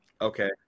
okay